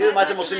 מה הורדתם?